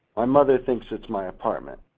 my mother thinks it's my apartment,